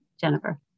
Jennifer